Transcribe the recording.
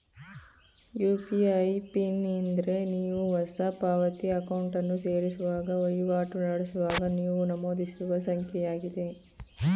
UPI PIN ಎಂದ್ರೆ ನೀವು ಹೊಸ ಪಾವತಿ ಅಕೌಂಟನ್ನು ಸೇರಿಸುವಾಗ ವಹಿವಾಟು ನಡೆಸುವಾಗ ನೀವು ನಮೂದಿಸುವ ಸಂಖ್ಯೆಯಾಗಿದೆ